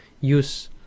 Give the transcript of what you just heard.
use